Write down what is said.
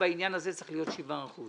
הצעה גם לחברי עידו,